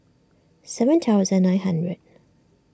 seven thousand nine hundred